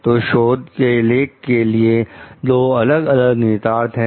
तो शोध के लेख के लिए दो अलग अलग निहितार्थ हैं